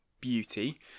beauty